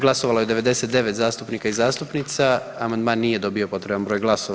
Glasovalo je 99 zastupnika i zastupnica, amandman nije dobio potreban broj glasova.